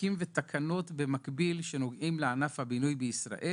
חוקים ותקנות במקביל, שנוגעים לענף הבינוי בישראל.